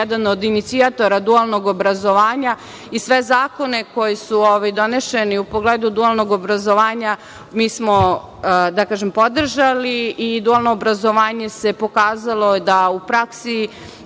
jedan od inicijatora dualnog obrazovanja i sve zakone koji su doneseni u pogledu dualnog obrazovanja mi smo podržali. Dualno obrazovanje se pokazalo da u praksi